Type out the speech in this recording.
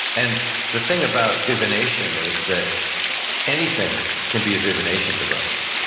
and the thing about divination is that anything can be a divination device.